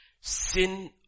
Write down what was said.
Sin